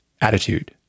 attitude